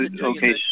Okay